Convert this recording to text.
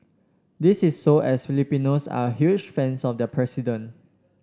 this is so as Filipinos are huge fans of their president